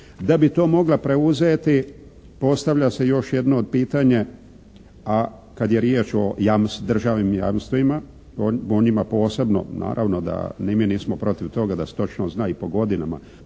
Da bi to mogla preuzeti postavlja se još jedno pitanje, a kad je riječ o jamstvima, državnim jamstvima, o njima posebno naravno da ni mi nismo protiv toga da se točno zna i po godinama,